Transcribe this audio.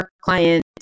client